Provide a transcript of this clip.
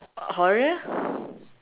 horror